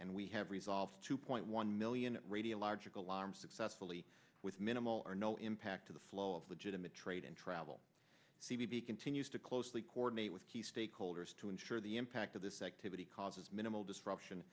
and we have resolved two point one million radiological arms successfully with minimal or no impact to the flow of budget in the trade and travel c b continues to closely coordinate with key stakeholders to ensure the impact of this activity causes minimal disruption